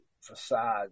facade